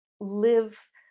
live